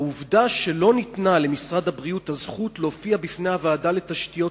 העובדה שלא ניתנה למשרד הבריאות הזכות להופיע בפני הוועדה לתשתיות